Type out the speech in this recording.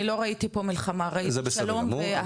אני לא ראיתי פה 'מלחמה', ראיתי פה שלום ואהבה.